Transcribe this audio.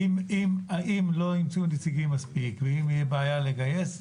אם לא ימצאו נציגים מספיק ואם תהיה בעיה לגייס,